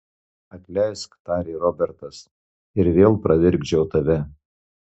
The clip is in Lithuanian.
atleisk tarė robertas ir vėl pravirkdžiau tave